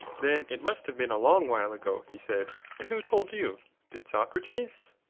then it must have been a long while ago, he said and who told you did socrates?